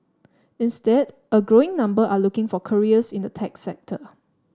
instead a growing number are looking for careers in the tech sector